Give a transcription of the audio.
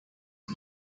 eat